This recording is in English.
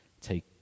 take